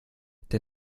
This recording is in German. der